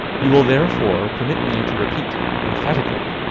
you will therefore permit me to repeat, emphatically,